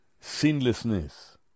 sinlessness